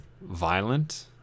violent